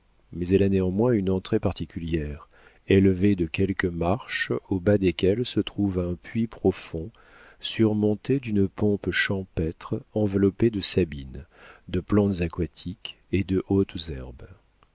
mais elle a néanmoins une entrée particulière élevée de quelques marches au bas desquelles se trouve un puits profond surmonté d'une pompe champêtre enveloppée de sabines de plantes aquatiques et de hautes herbes